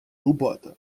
lubada